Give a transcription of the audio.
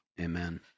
Amen